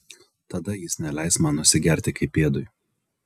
tada jis neleis man nusigerti kaip pėdui